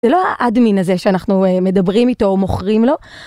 זה לא האדמין הזה שאנחנו מדברים איתו או מוכרים לו.